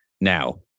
Now